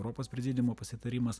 europos prezidiumo pasitarimas